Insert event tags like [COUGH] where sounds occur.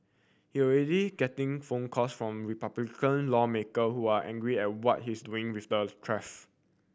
he already getting phone calls from Republican lawmaker who are angry at what he's doing with the [UNINTELLIGIBLE]